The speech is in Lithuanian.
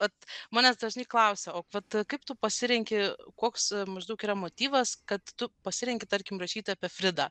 vat manęs dažnai klausia o vat kaip tu pasirenki koks maždaug yra motyvas kad tu pasirenki tarkim rašyti apie fridą